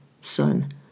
son